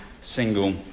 single